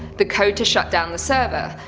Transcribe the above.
the code to shutdown the server.